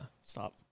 Stop